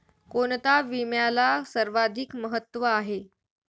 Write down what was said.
कोणता विम्याला सर्वाधिक महत्व आहे?